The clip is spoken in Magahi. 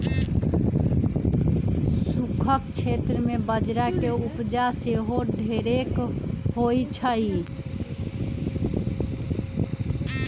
सूखक क्षेत्र में बजरा के उपजा सेहो ढेरेक होइ छइ